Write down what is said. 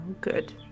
good